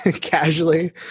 casually